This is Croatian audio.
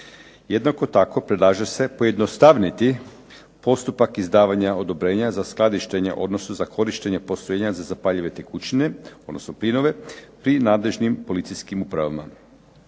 Jednako tako predlaže se pojednostaviti postupak izdavanja odobrenja za skladištenje, odnosno za korištenje postrojenja za zapaljive tekućine odnosno plinove pri nadležnim policijskim upravama.